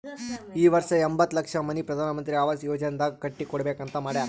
ಈ ವರ್ಷ ಎಂಬತ್ತ್ ಲಕ್ಷ ಮನಿ ಪ್ರಧಾನ್ ಮಂತ್ರಿ ಅವಾಸ್ ಯೋಜನಾನಾಗ್ ಕಟ್ಟಿ ಕೊಡ್ಬೇಕ ಅಂತ್ ಮಾಡ್ಯಾರ್